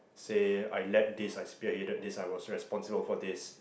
say I let this I spearheaded this I was responsible for this